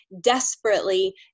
desperately